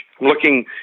looking